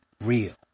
real